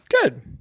Good